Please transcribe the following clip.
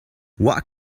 what